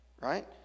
right